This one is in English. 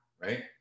right